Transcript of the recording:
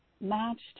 matched